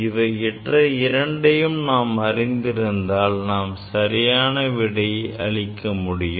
இவை இரண்டையும் நாம் அறிந்திருந்தால் தான் நாம் சரியான விடையை அளிக்க முடியும்